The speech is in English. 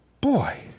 boy